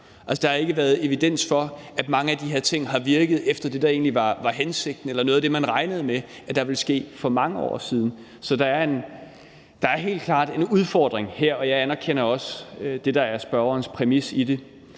har der ikke været evidens for, at de har virket efter det, der egentlig var hensigten – noget af det, man regnede med ville ske for mange år siden. Så der er helt klart en udfordring her, og jeg anerkender også det, der er spørgerens præmis i det,